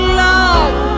love